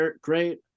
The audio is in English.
Great